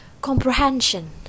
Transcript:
comprehension